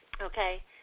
Okay